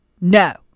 no